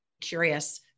curious